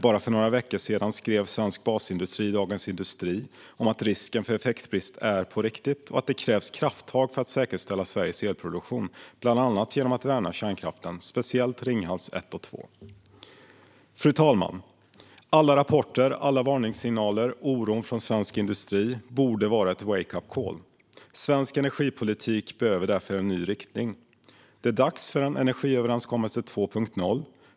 Bara för några veckor sedan skrev svensk basindustri i Dagens industri om att risken för effektbrist är på riktigt och att det krävs krafttag för att säkerställa Sveriges elproduktion, bland annat genom att värna kärnkraften, speciellt Ringhals 1 och 2. Fru talman! Alla rapporter, alla varningssignaler och oron från svensk industri borde vara ett wake-up call. Svensk energipolitik behöver därför en ny riktning. Det är dags för en energiöverenskommelse 2.0.